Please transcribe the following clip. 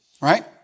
right